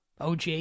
OG